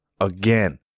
Again